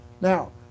Now